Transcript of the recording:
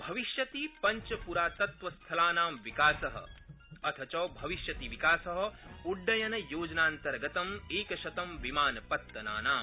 भविष्यति पञ्चपुरात्वस्थलनां विकास अथ च भविष्यति विकास उड्डयनयोजनान्तर्गतं एकशतं विमानपत्तनानां